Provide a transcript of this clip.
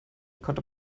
konnte